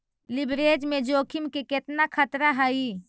Leverage में जोखिम के केतना खतरा हइ?